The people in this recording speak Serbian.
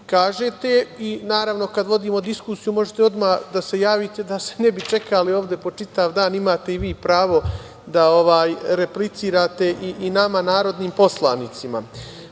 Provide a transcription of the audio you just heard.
kažete. Naravno, kada vodimo diskusiju možete odmah da se javite, da se ne bi čekali ovde po čitav dan. Imate i vi pravo da replicirate i nama narodnim poslanicima. Meni